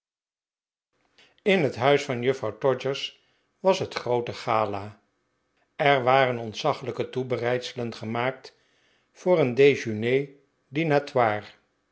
in het huis van juffrouw todgers was het groot gala er waren ontzaglijke toebereidselen gemaakt voor een dejeuner